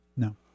No